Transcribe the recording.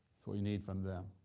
that's what we need from them.